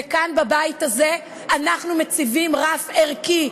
וכאן בבית הזה אנחנו מציבים רף ערכי,